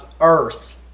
Earth